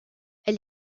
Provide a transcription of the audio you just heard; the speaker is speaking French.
elle